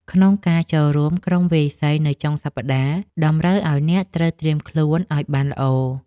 ក្នុងការចូលរួមក្រុមវាយសីនៅចុងសប្តាហ៍ តម្រូវឱ្យអ្នកត្រូវត្រៀមខ្លួនឱ្យបានល្អ។